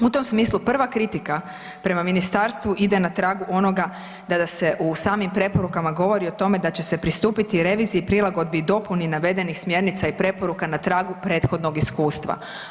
U tom smislu prva kritika prema ministarstvu ide na tragu onoga da se u samim preporukama govori o tome da će se pristupiti reviziji, prilagodbi i dopuni navedenih smjernica i preporuka na tragu prethodnog iskustva.